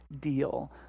deal